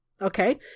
okay